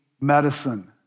medicine